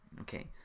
Okay